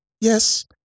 yes